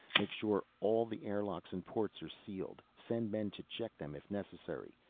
make sure all the air locks and ports are sealed. send men to check them if necessary.